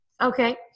Okay